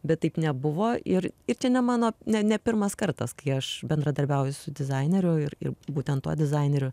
bet taip nebuvo ir ir čia ne mano ne ne pirmas kartas kai aš bendradarbiauju su dizaineriu ir ir būtent tuo dizaineriu